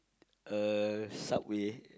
uh subway